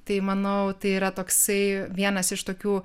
tai manau tai yra toksai vienas iš tokių